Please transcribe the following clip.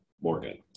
Morgan